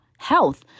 Health